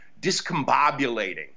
discombobulating